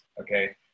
Okay